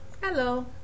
Hello